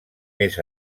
més